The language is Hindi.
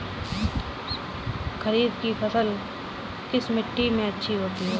खरीफ की फसल किस मिट्टी में अच्छी होती है?